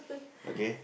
okay